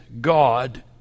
God